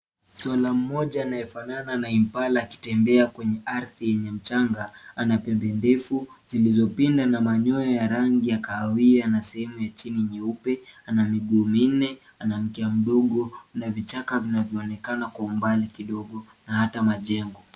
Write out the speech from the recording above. Swala mmoja anayefanana na impala akitembea kwenye ardhi yenye mchanga, ana pembe ndefu zilizopinda na manyoya ya rangi ya kahawia na sehemu ya chini nyeupe ana miguu minne ana mkia mdogo na vichaka vinavyoonekana kwa umbali kidogo na hata majengo.